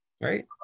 right